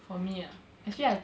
for me ah actually I